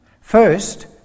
First